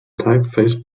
typeface